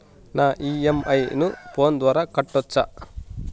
నా ఇ.ఎం.ఐ ను ఫోను ద్వారా కట్టొచ్చా?